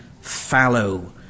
fallow